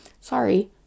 sorry